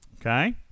Okay